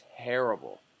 terrible